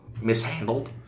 mishandled